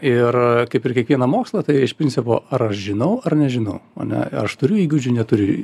ir kaip ir kiekvieną mokslą tai iš principo ar aš žinau ar nežinau ane aš turiu įgūdžių neturiu